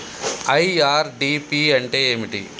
IRDP అంటే ఏమిటి?